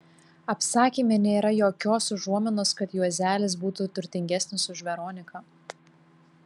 apsakyme nėra jokios užuominos kad juozelis būtų turtingesnis už veroniką